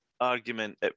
argument